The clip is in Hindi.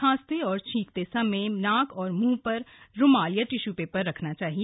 खांसते और छींकते समय नाक और मूंह पर रूमाल अथवा टिश्यू पेपर रखना चाहिए